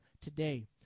today